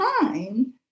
time